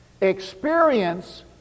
Experience